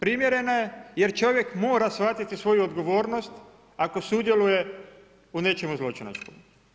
Primjerena je jer čovjek mora shvatiti svoju odgovornost ako sudjeluje u nečemu zločinačkom.